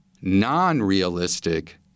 non-realistic